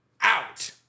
out